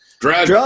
Drugs